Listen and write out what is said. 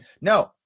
No